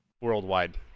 Worldwide